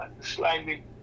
slightly